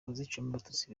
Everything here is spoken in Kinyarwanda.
abatutsi